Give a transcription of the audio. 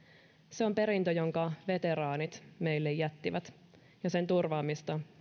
se on perintö jonka veteraanit meille jättivät ja sen turvaamista